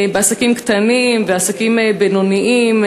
בעסקים קטנים ובעסקים בינוניים.